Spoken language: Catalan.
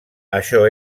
això